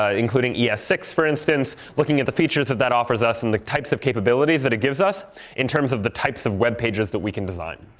ah including e s six, for instance, looking at the features that that offers us and the types of capabilities that it gives us in terms of the types of web pages that we can design.